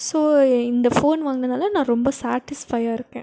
so இந்த phone வாங்குனதுனால் நான் ரொம்ப சாட்டிஸ்ஃபையாக இருக்கேன்